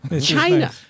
China